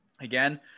again